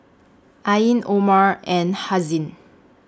Ain Omar and Haziq